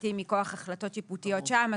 הפרטים מכוח החלטות שיפוטיות שם,